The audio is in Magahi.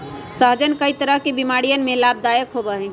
सहजन कई तरह के बीमारियन में लाभदायक होबा हई